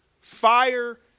Fire